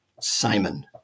Simon